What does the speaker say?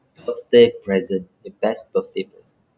birthday present the best birthday present